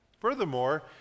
Furthermore